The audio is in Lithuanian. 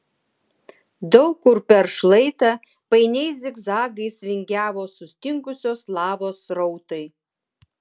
daug kur per šlaitą painiais zigzagais vingiavo sustingusios lavos srautai